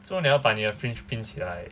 做么你要把你的 fringe pin 起来